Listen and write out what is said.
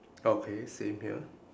okay same here